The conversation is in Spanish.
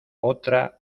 otra